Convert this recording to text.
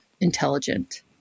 intelligent